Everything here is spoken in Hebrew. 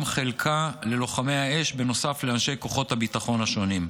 חלקה ללוחמי האש בנוסף לאנשי כוחות הביטחון השונים.